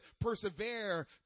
persevere